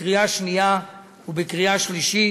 בקריאה השנייה ובקריאה השלישית.